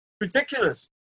ridiculous